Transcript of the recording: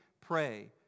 pray